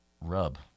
rub